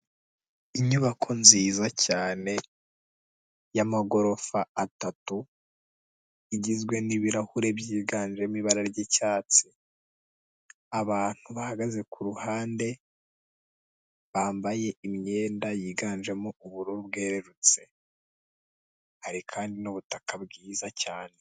Inyubako nziza cyane y'amagorofa atatu, igizwe n'ibirahure byiganjemo ibara ry'icyatsi, abantu bahagaze ku ruhande, bambaye imyenda yiganjemo ubururu bwerurutse, hari kandi n'ubutaka bwiza cyane.